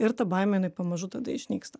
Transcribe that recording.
ir ta baimė jinai pamažu tada išnyksta